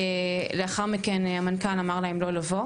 ולאחר מכן המנכ"ל אמר להם לא לבוא,